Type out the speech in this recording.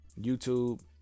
YouTube